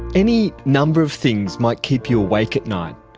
any number of things might keep you awake at night.